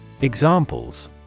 Examples